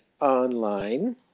online